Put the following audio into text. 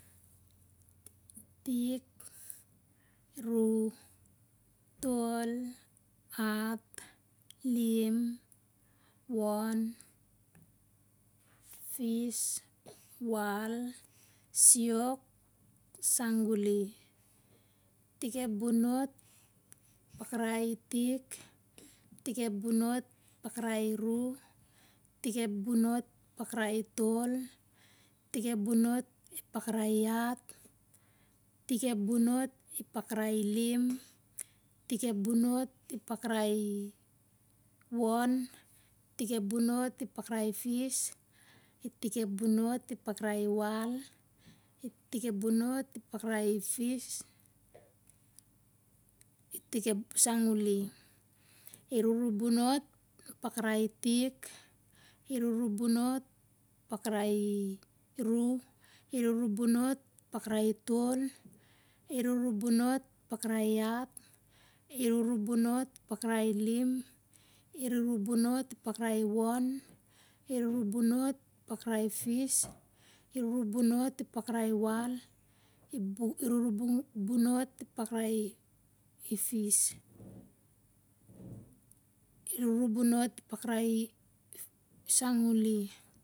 Itik, ru tol, hat, lim, won, fis, wal, siok, sanguli tik ep bonot pakrai itik, tik ep bonot pakrai iru, tik ep bonot pakrai itol, tik ep bonot pakra iat, tik ep bonot ipakrai ilim, tik ep bonot ipakrai iwon tik ep bonot ipakrai i fis, itik, ep bonot ipakrai iwal, itik ep bonot ipakrai i fis, itik, ep sanguli, iruru bonot pakrai itik iruru bonot pakrai iru, iruru bonot pakrai itol, iruru bonot pakrai iat, iruru bonot pakrai i fis, iruru bonot pakrai iwal, iruru bonot ipakrai i fis, iruru bonot ipakrai i sanguli.